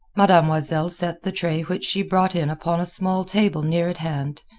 mademoiselle set the tray which she brought in upon a small table near at hand,